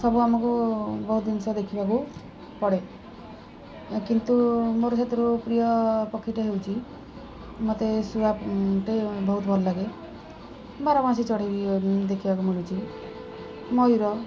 ସବୁ ଆମକୁ ବହୁତ ଜିନିଷ ଦେଖିବାକୁ ପଡ଼େ କିନ୍ତୁ ମୋର ସେଥିରୁ ପ୍ରିୟ ପକ୍ଷୀଟା ହେଉଛି ମୋତେ ଶୁଆ ବହୁତ ଭଲ ଲାଗେ ବାରମାସି ଚଢ଼େଇ ଦେଖିବାକୁ ମିଳୁଛି ମୟୁର